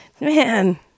Man